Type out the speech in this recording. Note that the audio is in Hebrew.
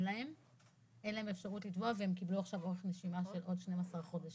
להם אפשרות לתבוע והם קיבלו עכשיו אורך נשימה של עוד 12 חודשים.